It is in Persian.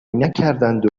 نکردند